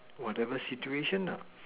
whatever situation nah